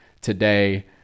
today